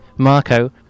Marco